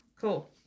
Cool